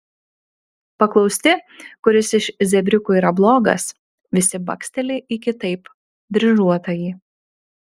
paklausti kuris iš zebriukų yra blogas visi baksteli į kitaip dryžuotąjį